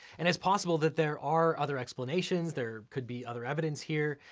and it's possible that there are other explanations, there could be other evidence here,